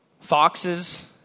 Foxes